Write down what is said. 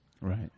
Right